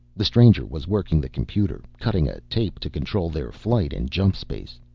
the stranger was working the computer, cutting a tape to control their flight in jump-space.